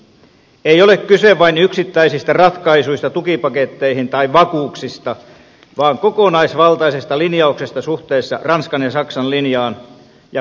ei ole kyse vain yksittäisistä ratkaisuista tukipaketteihin tai vakuuksista vaan kokonaisvaltaisesta linjauksesta suhteessa ranskan ja saksan linjaan ja komission linjaan